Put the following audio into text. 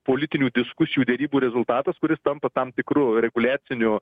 politinių diskusijų derybų rezultatas kuris tampa tam tikru reguliaciniu